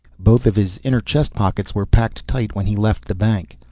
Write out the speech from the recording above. both of his inner chest pockets were packed tight when he left the bank.